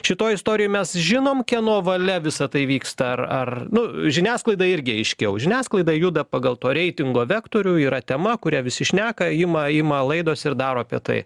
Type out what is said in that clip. šitoj istorijoj mes žinom kieno valia visa tai vyksta ar ar nu žiniasklaida irgi aiškiau žiniasklaida juda pagal to reitingo vektorių yra tema kurią visi šneka ima ima laidos ir daro apie tai